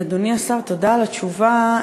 אדוני השר, תודה על התשובה.